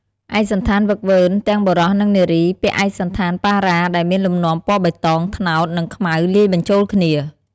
ឯកសណ្ឋានហ្វឹកហ្វឺន ទាំងបុរស និងនារី ពាក់ឯកសណ្ឋានប៉ារ៉ា ដែលមានលំនាំពណ៌បៃតង ត្នោត និងខ្មៅ លាយបញ្ចូលគ្នា។